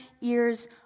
ears